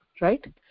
right